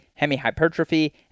hemihypertrophy